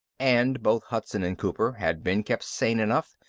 and both hudson and cooper had been kept sane enough,